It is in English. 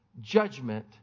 judgment